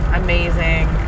amazing